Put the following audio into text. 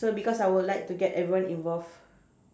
so because I would like to get everyone involved